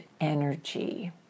energy